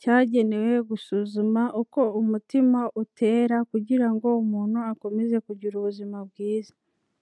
cyagenewe gusuzuma uko umutima utera kugira ngo umuntu akomeze kugira ubuzima bwiza.